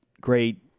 great